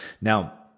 Now